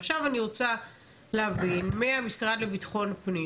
עכשיו אני רוצה להבין מהמשרד לביטחון הפנים